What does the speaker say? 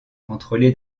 contrôlé